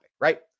right